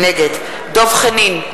נגד דב חנין,